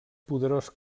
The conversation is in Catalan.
poderós